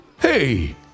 hey